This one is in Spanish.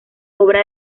obra